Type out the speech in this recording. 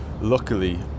luckily